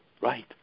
Right